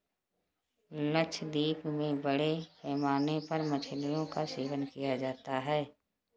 लक्षद्वीप में बड़े पैमाने पर मछलियों का सेवन किया जाता है